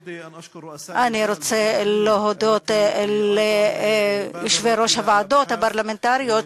אני רוצה להודות ליושבי-ראש הוועדות הפרלמנטריות,